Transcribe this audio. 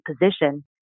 position